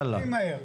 יאללה.